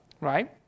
right